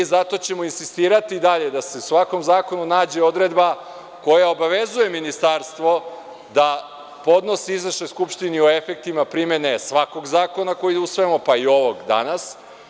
Zato ćemo insistirati i dalje da se u svakom zakonu nađe odredba koja obavezuje ministarstvo da podnosi izveštaj Skupštini o efektima primene svakog zakona koji usvajamo, pa i ovog danas.